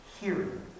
Hearing